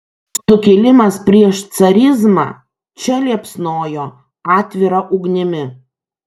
sukilimas prieš carizmą čia liepsnojo atvira ugnimi